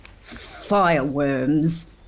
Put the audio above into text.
fireworms